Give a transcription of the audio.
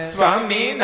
Swami